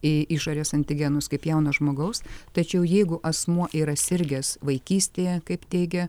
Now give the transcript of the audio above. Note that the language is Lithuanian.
į išorės antigenus kaip jauno žmogaus tačiau jeigu asmuo yra sirgęs vaikystėje kaip teigia